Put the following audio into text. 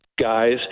guys